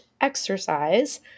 exercise